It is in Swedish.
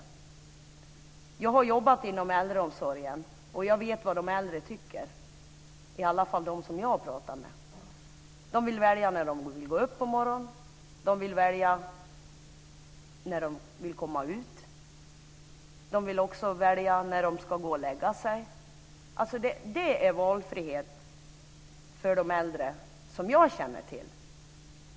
Men jag har jobbat inom äldreomsorgen och vet vad de äldre tycker - i alla fall de som jag har pratat med. De vill välja när de vill gå upp på morgonen. De vill välja när de vill komma ut. De vill också välja när de ska gå och lägga sig. Detta är valfrihet för de äldre som jag känner till!